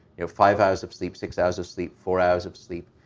you know, five hours of sleep, six hours of sleep, four hours of sleep,